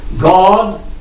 God